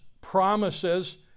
promises